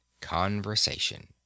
conversation